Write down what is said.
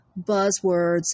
buzzwords